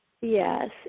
Yes